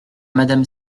madame